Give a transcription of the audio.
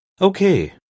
Okay